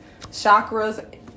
chakras